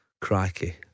crikey